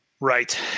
Right